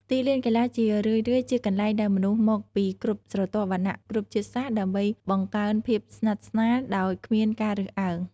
ទីលានកីឡាជារឿយៗជាកន្លែងដែលមនុស្សមកពីគ្រប់ស្រទាប់វណ្ណៈ គ្រប់ជាតិសាសន៍ ដើម្បីបង្កើនភាពសិទ្ធស្នាល ដោយគ្មានការរើសអើង។